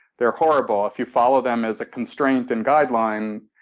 they're horrible. if you follow them as a constraint and guideline,